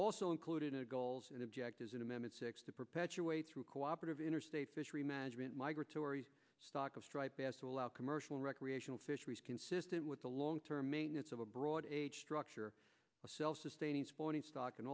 also included in the goals and objectives in a minute six to perpetuate through cooperative interstate fishery management migratory stock of striped bass to allow commercial recreational fisheries consistent with the long term maintenance of a broad a structure a self sustaining stock and